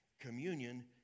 communion